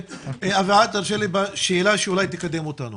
אביעד, תרשה שאלה שאולי תקדם אותנו